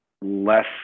less